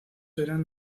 eran